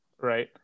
right